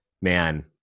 man